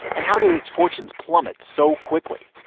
and how did its fortunes plummet so quickly?